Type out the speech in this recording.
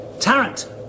Tarrant